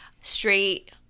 straight